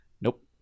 Nope